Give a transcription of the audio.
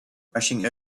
rushing